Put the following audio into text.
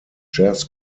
jazz